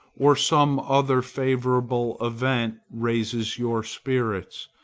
or some other favorable event raises your spirits,